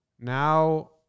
Now